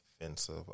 offensive